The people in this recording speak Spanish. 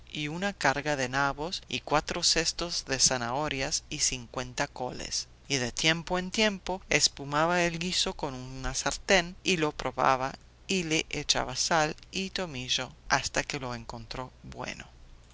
y una carga de nabos y cuatro cestos de zanahorias y cincuenta coles y de tiempo en tiempo espumaba el guiso con una sartén y lo probaba y le echaba sal y tomillo hasta que lo encontró bueno